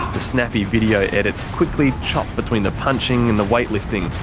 the snappy video edits quickly chop between the punching and the weightlifting.